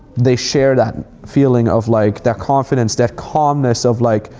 they share that feeling of like that confidence, that calmness of like,